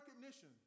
recognition